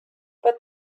but